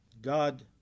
God